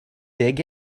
dig